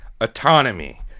autonomy